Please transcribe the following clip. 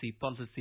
policy